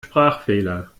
sprachfehler